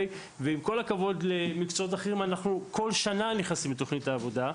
ועם כל הכבוד למקצועות אחרים אנחנו כל שנה נכנסים לתוכנית העבודה,